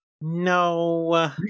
No